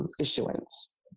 issuance